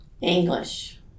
English